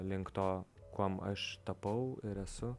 link to kuom aš tapau ir esu